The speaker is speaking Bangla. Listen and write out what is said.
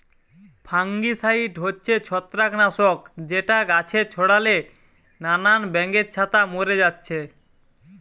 ফাঙ্গিসাইড হচ্ছে ছত্রাক নাশক যেটা গাছে ছোড়ালে নানান ব্যাঙের ছাতা মোরে যাচ্ছে